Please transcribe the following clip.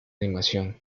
animación